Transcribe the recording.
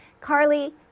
Carly